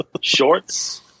shorts